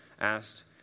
asked